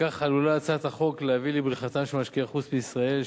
בכך עלולה הצעת החוק להביא לבריחתם של משקיעי חוץ בישראל,